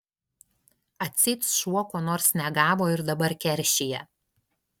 atseit šuo ko nors negavo ir dabar keršija